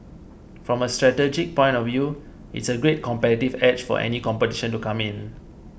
from a strategic point of view it's a great competitive edge for any competition to come in